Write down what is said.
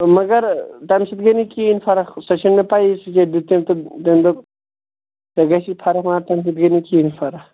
مگر تمہِ سۭتۍ گٔیہِ نہٕ کہیٖنٛۍ فرق سۄ چھَنہٕ مےٚ پیی سُہ کیٛاہ دِیُت تٔمۍ تہٕ تٔمۍ دوٚپ ژےٚ گژھِی فرق مگر تمہِ سۭتۍ گٔے نہٕ مےٚ کہیٖنٛۍ فرق